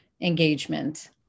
engagement